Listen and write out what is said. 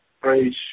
Praise